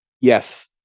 Yes